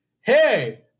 hey